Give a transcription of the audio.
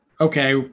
okay